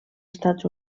estats